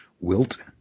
wilt